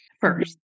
first